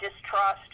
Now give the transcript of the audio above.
distrust